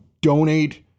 donate